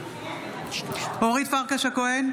נגד אורית פרקש הכהן,